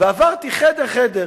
ועברתי חדר-חדר.